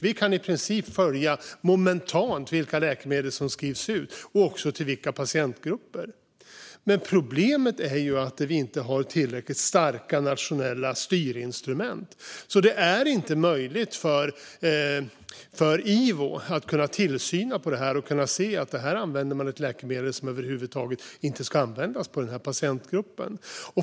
Vi kan i princip följa momentant vilka läkemedel som skrivs ut och också till vilka patientgrupper. Problemet är att vi inte har tillräckligt starka nationella styrinstrument. Det är inte möjligt för Ivo att utöva tillsyn över det och kunna se att man använder ett läkemedel som inte över huvud taget ska användas på den patientgruppen.